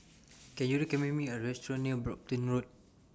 Can YOU recommend Me A Restaurant near Brompton Road